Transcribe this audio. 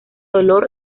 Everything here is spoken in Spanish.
dolor